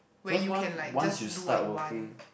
cause once once you start working